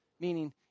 Meaning